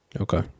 Okay